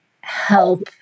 help